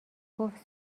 گفت